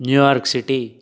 New York City